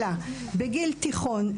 אלא בגיל תיכון,